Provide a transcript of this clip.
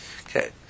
Okay